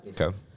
Okay